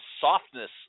softness